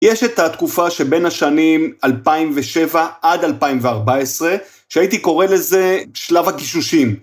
יש את התקופה שבין השנים 2007 עד 2014, שהייתי קורא לזה שלב הגישושים.